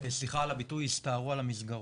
סליחה על הביטוי, יסתערו על המסגרות.